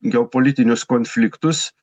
geopolitinius konfliktus